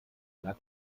lag